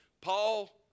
Paul